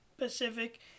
Pacific